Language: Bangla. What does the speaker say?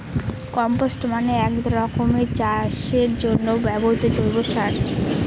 কম্পস্ট মানে এক রকমের চাষের জন্য ব্যবহৃত জৈব সার